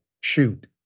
shoot